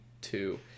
two